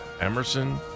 Emerson